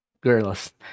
Girls